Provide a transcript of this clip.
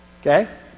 Okay